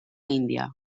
índia